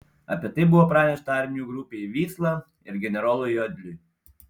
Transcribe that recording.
apie tai buvo pranešta armijų grupei vysla ir generolui jodliui